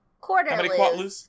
Quarterly